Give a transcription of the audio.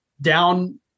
down